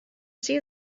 see